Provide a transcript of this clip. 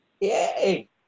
Yay